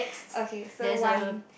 okay so one